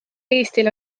eestil